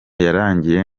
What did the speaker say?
yarangiye